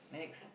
next